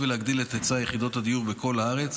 ולהגדיל את היצע יחידות הדיור בכל הארץ,